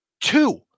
Two